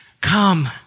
Come